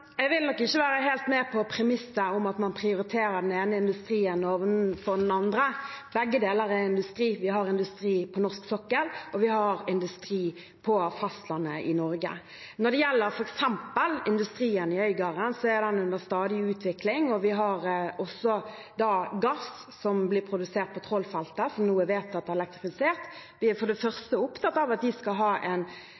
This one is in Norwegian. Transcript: Jeg vil nok ikke være helt med på premisset om at man prioriterer den ene industrien framfor den andre. Begge deler er industri. Vi har industri på norsk sokkel, og vi har industri på fastlandet i Norge. Når det gjelder f.eks. industrien i Øygarden, er den under stadig utvikling. Vi har også gass, som blir produsert på Trollfeltet, som nå er vedtatt elektrifisert. Vi er for det